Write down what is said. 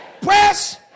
Press